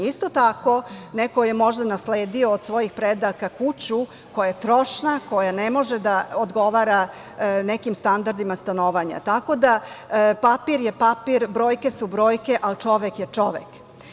Isto tako, neko je možda nasledio od svojih predaka kuću koja je trošna, koja ne može da odgovara nekim standardima stanovanja, tako da papir je papir, brojke su brojke, a čovek je čovek.